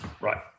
Right